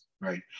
right